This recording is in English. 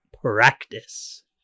Practice